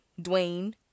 Dwayne